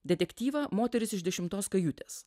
detektyvą moteris iš dešimtos kajutės